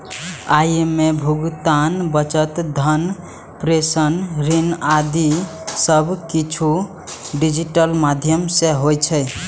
अय मे भुगतान, बचत, धन प्रेषण, ऋण आदि सब किछु डिजिटल माध्यम सं होइ छै